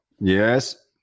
Yes